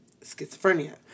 schizophrenia